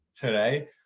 today